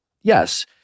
yes